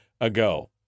ago